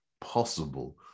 possible